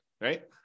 right